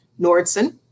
Nordson